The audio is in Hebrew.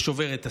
ושובר את השיא.